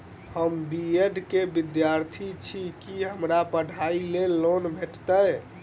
हम B Ed केँ विद्यार्थी छी, की हमरा पढ़ाई लेल लोन भेटतय?